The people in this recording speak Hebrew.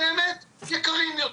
אוקיי,